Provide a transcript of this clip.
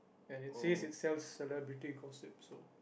and it says it sells celebrity gossip so